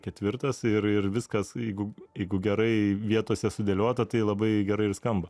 ketvirtas ir ir viskas jeigu jeigu gerai vietose sudėliota tai labai gerai ir skamba